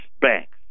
banks